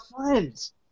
friends